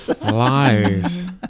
Lies